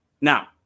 Now